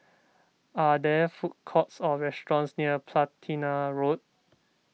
are there food courts or restaurants near Platina Road